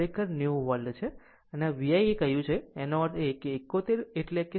તે ખરેખર 90 વોલ્ટ છે અને આ VI એ કહ્યું છે આનું અર્થ 71 એટલે 70